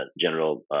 General